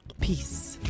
peace